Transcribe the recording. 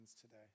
today